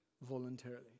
voluntarily